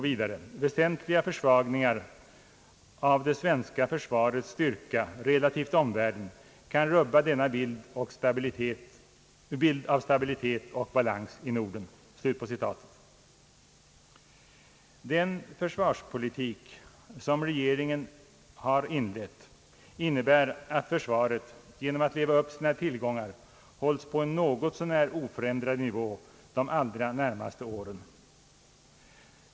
——— Väsentliga försvagningar av det svenska försvarets styrka relativt omvärlden kan rubba denna bild av stabilitet och balans i Norden.» Den försvarspolitik som regeringen har inlett innebär att försvaret genom att leva upp sina tillgångar hålles på något så när oförändrad nivå de allra närmaste åren.